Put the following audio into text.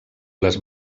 les